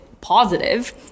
positive